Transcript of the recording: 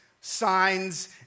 signs